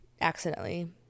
accidentally